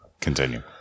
Continue